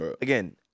again